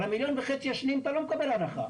על ה-1.5 מיליון השניים אתה לא מקבל הנחה.